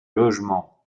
logements